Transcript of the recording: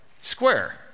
Square